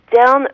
down